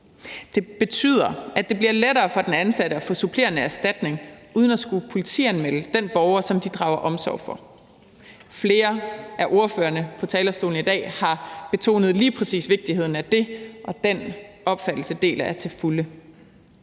Det betyder, at det bliver lettere for den ansatte at få supplerende erstatning uden at skulle politianmelde den borger, som de drager omsorg for. Flere af ordførerne på talerstolen i dag har betonet lige præcis vigtigheden af det, og den opfattelse deler jeg til fulde.